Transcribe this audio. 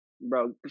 Bro